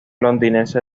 londinense